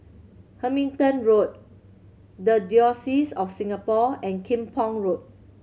Hamilton Road The Diocese of Singapore and Kim Pong Road